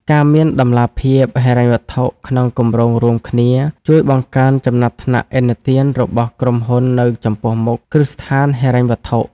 ការមានតម្លាភាពហិរញ្ញវត្ថុក្នុងគម្រោងរួមគ្នា ជួយបង្កើនចំណាត់ថ្នាក់ឥណទានរបស់ក្រុមហ៊ុននៅចំពោះមុខគ្រឹះស្ថានហិរញ្ញវត្ថុ។